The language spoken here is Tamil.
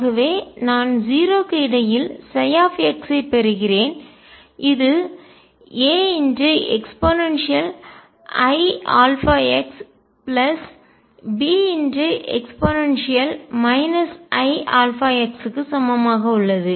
ஆகவே நான் 0 க்கு இடையில் x ஐப் பெறுகிறேன் இது AeiαxBe iαx க்கு சமமாக உள்ளது